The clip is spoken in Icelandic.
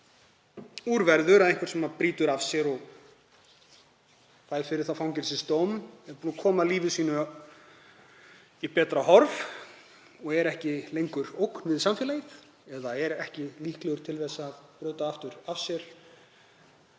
Úr verður að einhver sem brýtur af sér og fær fyrir það fangelsisdóm er búinn að koma lífi sínu í betra horf og er ekki lengur ógn við samfélagið eða er ekki líklegur til þess að brjóta aftur af sér